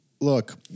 Look